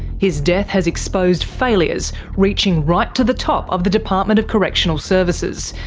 his death has exposed failures reaching right to the top of the department of correctional services,